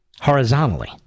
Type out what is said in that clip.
horizontally